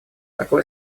такое